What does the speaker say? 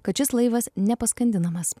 kad šis laivas nepaskandinamas